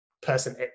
person